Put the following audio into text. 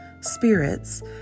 spirits